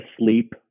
asleep